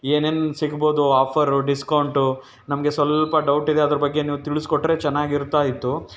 ಏನೇನು ಸಿಗ್ಬೋದು offer discount ನಮಗೆ ಸ್ವಲ್ಪ ಡೌಟಿದೆ ಅದರ ಬಗ್ಗೆ ನೀವು ತಿಳಿಸ್ಕೊಟ್ರೆ ಚೆನ್ನಾಗಿರ್ತಾಯಿತ್ತು